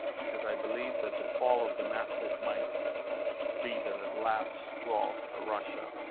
because i believe that the fall of damascus might be the last straw for russia.